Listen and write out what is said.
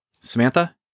samantha